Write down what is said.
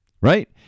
Right